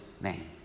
name